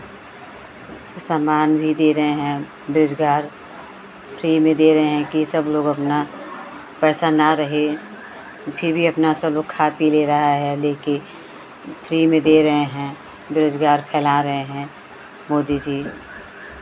सामान भी दे रहे हैं बेरोज़गार फ्री में दे रहे हैं कि सब लोग अपना पैसा ना रहे फिर भी अपना सब लोग खा पी ले रहा है लेके फ्री में दे रहे हैं बेरोज़गार फैला रहे हैं मोदी जी